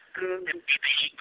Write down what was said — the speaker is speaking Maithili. ह्म्म ह्म्म